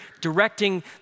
directing